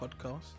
podcast